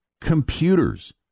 computers